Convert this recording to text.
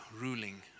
ruling